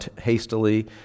hastily